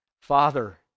Father